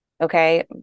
Okay